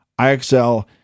IXL